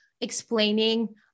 explaining